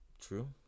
True